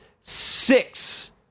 six